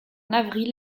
avril